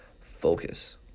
focus